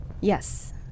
Yes